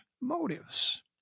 motives